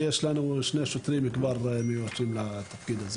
שיש לנו שני שוטרים שכבר מאוישים לתפקיד הזה